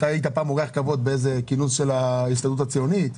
אתה היית פעם אורח כבוד בכנס של ההסתדרות הציונית?